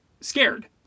scared